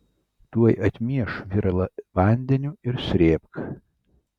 tuoj atmieš viralą vandeniu ir srėbk